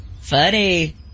Funny